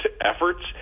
efforts